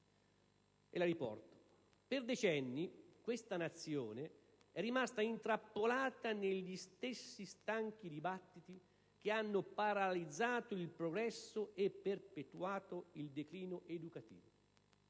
«Per decenni questa Nazione è rimasta intrappolata negli stessi stanchi dibattiti che hanno paralizzato il progresso e perpetuato il declino educativo.